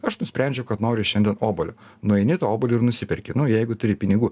aš nusprendžiau kad noriu šiandien obuolio nueini tą obuolį ir nusiperki nu jeigu turi pinigų